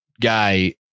guy